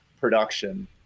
production